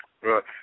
Right